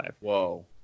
Whoa